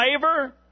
favor